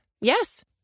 Yes